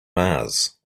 mars